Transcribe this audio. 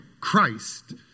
Christ